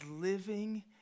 living